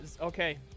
Okay